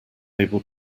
able